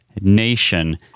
nation